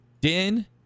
Din